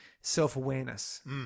self-awareness